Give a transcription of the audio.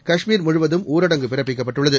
காஷ்மீர் முழுவதும் ஊரடங்கு பிறப்பிக்கப்பட்டுள்ளது